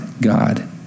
God